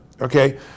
okay